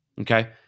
Okay